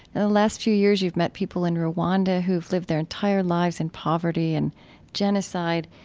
in the last few years, you've met people in rwanda who have lived their entire lives in poverty and genocide,